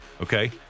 Okay